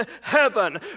heaven